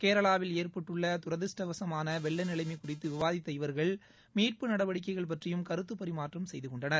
கேரளாவில் ஏற்பட்டுள்ள துரதிருஷ்டவசமான வெள்ள நிலைமை குறித்து விவாதித்த இவர்கள் மீட்பு நடவடிக்கைகள் பற்றியும் கருத்து பரிமாற்றம் செய்து கொண்டனர்